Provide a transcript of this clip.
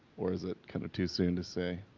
or is it kind of too soon to say?